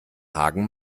hagen